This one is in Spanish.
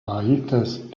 raíces